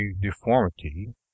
deformity